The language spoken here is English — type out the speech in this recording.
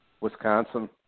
Wisconsin